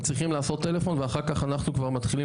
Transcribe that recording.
צריכים לעשות טלפון ואחר כך אנחנו כבר מתחילים